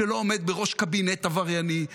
שלא עומד בראש קבינט עברייני,